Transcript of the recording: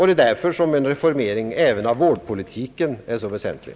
Det är därför som en reformering även av vårdpolitiken är så väsentlig.